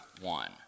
one